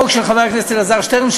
לגבי החוק של חבר הכנסת אלעזר שטרן,